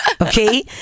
Okay